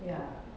ya